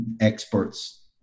experts